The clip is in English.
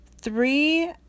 three